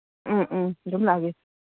ꯎꯝ ꯎꯝ ꯑꯗꯨꯝ ꯂꯥꯛꯑꯒꯦ